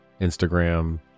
Instagram